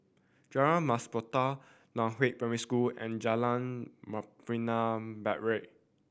Jalan Mas Puteh Nan Hua Primary School and Jalan Membina Barat